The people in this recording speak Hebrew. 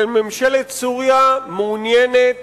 שממשלת סוריה מעוניינת